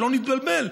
שלא נתבלבל.